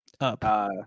up